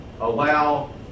allow